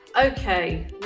Okay